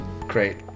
Great